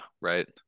right